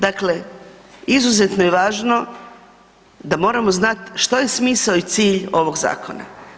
Dakle, izuzetno je važno da moramo znat što je smisao i cilj ovog zakona.